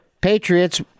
Patriots